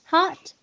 Hot